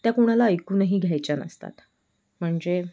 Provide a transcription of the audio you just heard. त्या कोणाला ऐकूनही घ्यायच्या नसतात म्हणजे